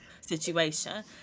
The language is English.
situation